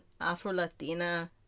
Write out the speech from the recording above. Afro-Latina